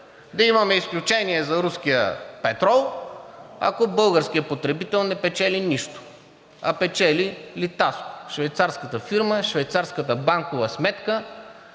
да имаме изключение за руския петрол, ако българският потребител не печели нищо, а печели „Литаско“ – швейцарската фирма, швейцарската банкова сметка,